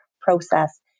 process